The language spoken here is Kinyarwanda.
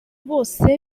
bose